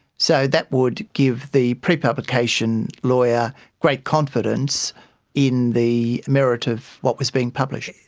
so that would give the prepublication lawyer great confidence in the merit of what was being published.